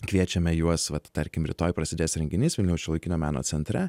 kviečiame juos vat tarkim rytoj prasidės renginys vilniaus šiuolaikinio meno centre